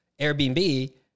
Airbnb